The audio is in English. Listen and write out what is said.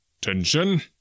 Tension